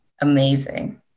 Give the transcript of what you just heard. amazing